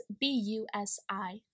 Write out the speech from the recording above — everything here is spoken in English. B-U-S-I